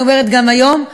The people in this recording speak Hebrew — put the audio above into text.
אני אומרת גם היום,